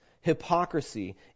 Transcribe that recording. hypocrisy